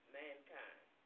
mankind